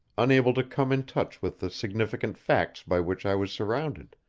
unable to come in touch with the significant facts by which i was surrounded.